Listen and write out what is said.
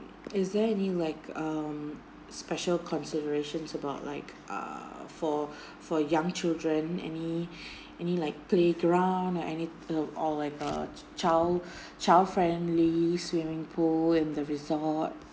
is there any like um special considerations about like uh for for young children any any like playground or any uh or like a child child friendly swimming pool in the resort